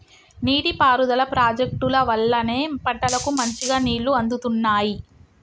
నీటి పారుదల ప్రాజెక్టుల వల్లనే పంటలకు మంచిగా నీళ్లు అందుతున్నాయి